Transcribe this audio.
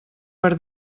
per